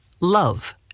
love